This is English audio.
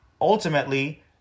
ultimately